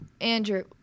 Andrew